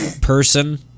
person